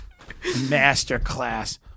Masterclass